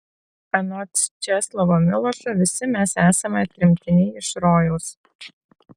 anot česlovo milošo visi mes esame tremtiniai iš rojaus